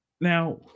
Now